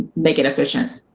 make it efficient.